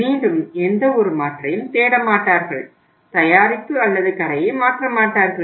மீண்டும் எந்தவொரு மாற்றையும் தேட மாட்டார்கள் தயாரிப்பு அல்லது கடையை மாற்ற மாட்டார்கள்